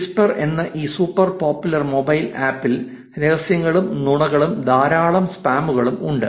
Whisper എന്ന ഈ super popular mobile ആപ്പിൽ രഹസ്യങ്ങളും നുണകളും ധാരാളം സ്പാമുകളും ഉണ്ട്